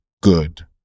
good